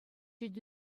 ыйту